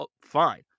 fine